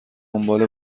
دنباله